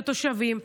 לתושבים,